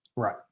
Right